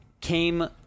came